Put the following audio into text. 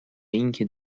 اینکه